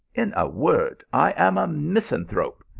in a word, i am a misanthrope,